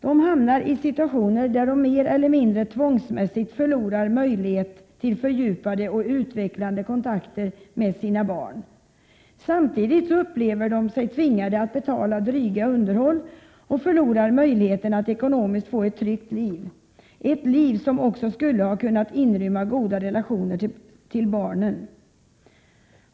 De hamnar i situationer där de mer eller mindre tvångsmässigt förlorar möjlighet till fördjupade och utvecklande kontakter med sina barn, samtidigt som de upplever sig tvingade att betala dryga underhåll och förlorar möjligheten att ekonomiskt få ett tryggt liv — ett liv som också skulle ha kunnat inrymma goda relationer till barnen.